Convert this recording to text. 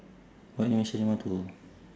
what animation you want to